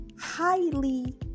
highly